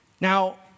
Now